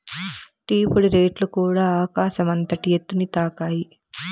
tea పొడి రేట్లుకూడ ఆకాశం అంతటి ఎత్తుని తాకాయి